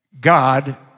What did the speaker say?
God